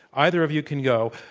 either of you can go.